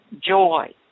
joy